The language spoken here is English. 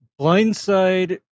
blindside